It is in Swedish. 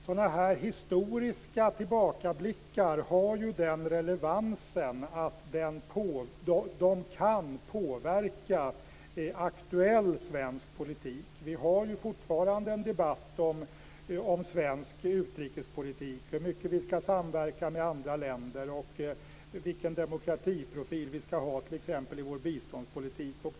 Sådana här historiska tillbakablickar har ju den relevansen att de kan påverka aktuell svensk politik. Vi har fortfarande en debatt om svensk utrikespolitik, hur mycket vi ska samverka med andra länder och vilken demokratiprofil vi ska ha t.ex. i vår biståndspolitik.